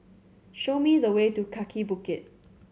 show me the way to Kaki Bukit